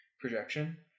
projection